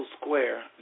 Square